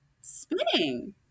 Spinning